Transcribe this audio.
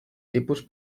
tipus